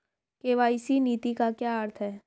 KYC नीति का क्या अर्थ है?